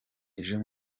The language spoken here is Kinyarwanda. ejo